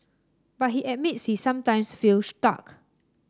but he admits he sometimes feel stuck